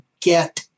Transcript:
get